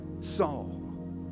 Saul